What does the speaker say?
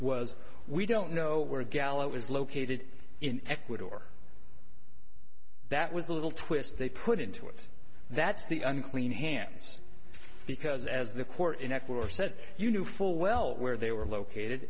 was we don't know where gallo is located in ecuador that was a little twist they put into it that's the unclean hands because as the court in ecuador said you knew full well where they were located